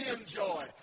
enjoy